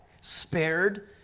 Spared